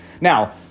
Now